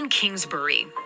Kingsbury